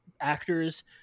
actors